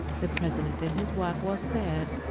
the president and his wife wore sad,